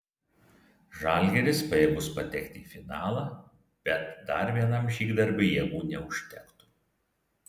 žalgiris pajėgus patekti į finalą bet dar vienam žygdarbiui jėgų neužtektų